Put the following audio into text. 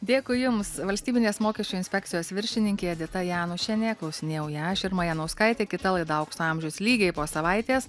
dėkui jums valstybinės mokesčių inspekcijos viršininkė edita janušienė klausinėjau ją aš irma janauskaitė kita laida aukso amžius lygiai po savaitės